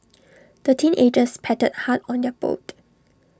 the teenagers paddled hard on their boat